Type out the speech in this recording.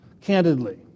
candidly